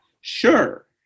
sure